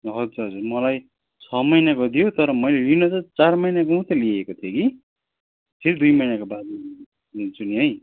हजुर हजुर मलाई छ महिनाको दियो तर मैले लिन चाहिँ चार महिनाको मात्रै लिएको थिएँ कि फेरि दुई महिनाको बादमा लिन्छु नि है